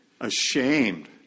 ashamed